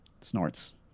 snorts